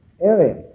area